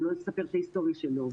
ולא להסתכל על ההיסטוריה שלו,